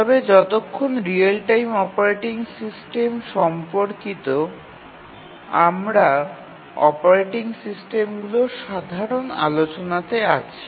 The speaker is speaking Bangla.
তবে যতক্ষণ রিয়েল টাইম অপারেটিং সিস্টেম সম্পর্কিত আমরা অপারেটিং সিস্টেমগুলির সাধারণ আলোচনাতে আছি